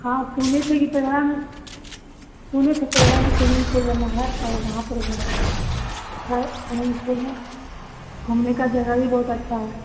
हाँ सुने थे कि तेघड़ा में सुने थे तेहड़ा में स्विमिंग पुल बना है और वहाँ पर अच्छा स्विमिंग पुल है घूमने का जगह भी बहुत अच्छा है